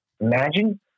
Imagine